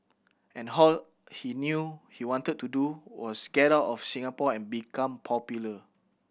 and how he knew he wanted to do was get out of Singapore and become popular